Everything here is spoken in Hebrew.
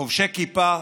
חובשי כיפה,